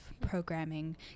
programming